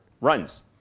runs